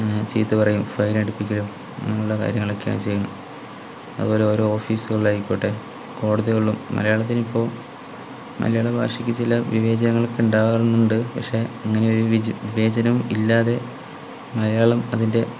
ചീത്തപറയും ഫൈനടപ്പിക്കലും അങ്ങനുള്ള കാര്യങ്ങളൊക്കെയാണ് ചെയ്യുന്നത് അതുപോലെ ഓരോ ഓഫീസുകളിലായിക്കോട്ടെ കോളേജുകളിലും മലയാളത്തിനിപ്പോൾ മലയാളഭാഷയ്ക്ക് ചില വിവേചനങ്ങളൊക്കെ ഉണ്ടാകാറുണ്ട് പക്ഷെ അങ്ങനെ ഒരു വിവേചനം ഇല്ലാതെ മലയാളം അതിൻ്റെ